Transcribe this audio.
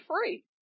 free